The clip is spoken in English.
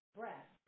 breath